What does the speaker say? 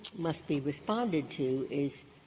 must be responded to is,